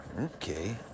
Okay